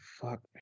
fuck